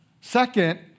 Second